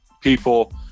people